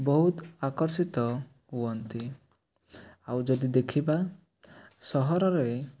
ବହୁତ ଆକର୍ଷିତ ହୁଅନ୍ତି ଆଉ ଯଦି ଦେଖିବା ସହରରେ